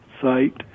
site